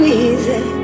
easy